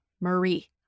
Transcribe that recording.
Marie